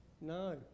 No